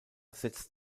setzt